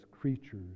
creatures